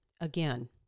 Again